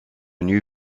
new